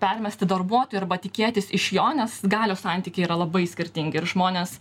permesti darbuotojui arba tikėtis iš jo nes galios santykiai yra labai skirtingi ir žmonės